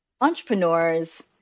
entrepreneurs